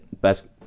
best